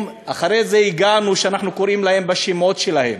אחרי זה הגענו לזה שקראנו להם בשמות שלהם,